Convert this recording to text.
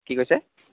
কি কৈছে